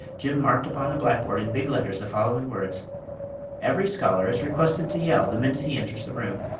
jim marked upon the blackboard in big letters the following words every scholar is requested to yell the minute he enters the room.